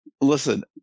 listen